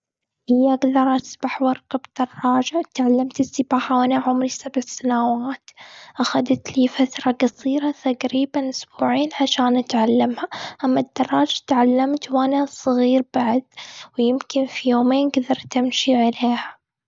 أقدر أسبح واركب دراجة. تعلمت السباحه وانا عمري سبع سنوات. أخدت لي فترة قصيرة تقريباً إسبوعين عشان أتعلمها. أما الدراجة تعلمت وانا صغيرة بعد، ويمكن في يومين قدرت أمشي عليها.